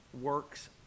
works